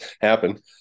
happen